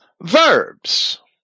verbs